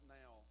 now